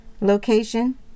location